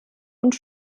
und